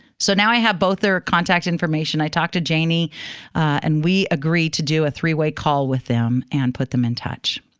so now i have both their contact information. i talk to janie and we agreed to do a three-way call with them and put them in touch.